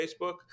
Facebook